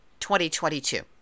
2022